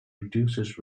reduces